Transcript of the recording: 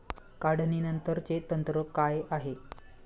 काढणीनंतरचे तंत्र काय आहे?